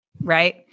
Right